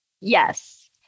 Yes